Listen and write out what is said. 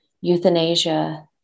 euthanasia